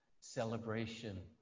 celebration